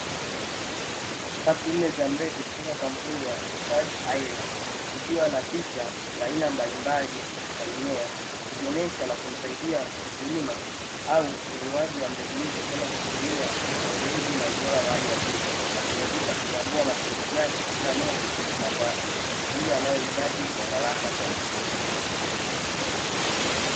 Pakti nne za mbegu kutoka kampuni ya Stark Ayres, zikiwa na picha ya aina mbalimbali za mimea, ikionyesha na kumsaidia mkulima au mnunuaji wa mbegu hizo kwenda kuzitumia katika weledi na ubora wa hali ya juu na kumuwezesha kutambua matumizi yake ya kila moja na kwa ile anayohitaji kwa uharaka zaidi.